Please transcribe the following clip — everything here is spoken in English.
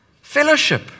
Fellowship